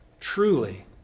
Truly